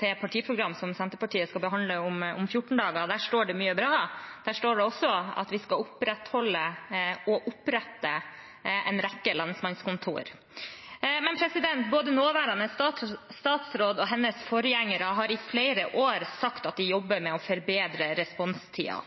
til partiprogram som Senterpartiet skal behandle om 14 dager. Der står det mye bra. Der står det også at vi skal opprettholde og opprette en rekke lensmannskontor. Både nåværende statsråd og hennes forgjengere har i flere år sagt at de jobber med å forbedre